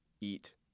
Eat